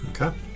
Okay